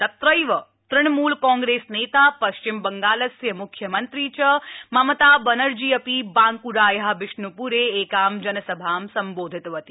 तत्रैव तृणमूल कांग्रेस नेता पश्चिमबंगालस्य मुख्यमंत्री च ममता बनर्जी अपि बांकुराया बिश्नुपुरे एको जनसभा सम्बोधितवती